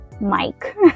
mike